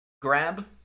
grab